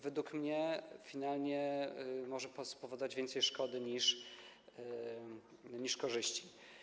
Według mnie finalnie może to spowodować więcej szkody niż korzyści.